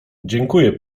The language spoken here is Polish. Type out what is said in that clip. dziękuję